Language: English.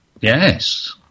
Yes